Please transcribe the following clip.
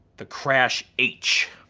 the crash h.